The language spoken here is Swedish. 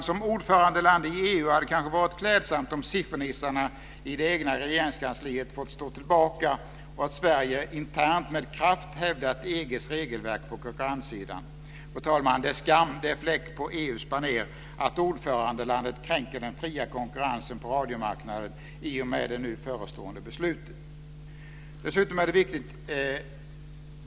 För Sverige som ordförandeland i EU hade det kanske varit klädsamt om siffernissarna i det egna Regeringskansliet hade fått stå tillbaka och Sverige internt med kraft hade hävdat EG:s regelverk på konkurrenssidan. Fru talman! Det är skam, det är fläck på EU:s banér att ordförandelandet kränker den fria konkurrensen på radiomarknaden i och med det nu förestående beslutet.